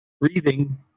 breathing